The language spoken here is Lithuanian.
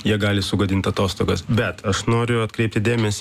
jie gali sugadint atostogas bet aš noriu atkreipti dėmesį